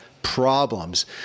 problems